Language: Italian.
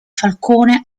falcone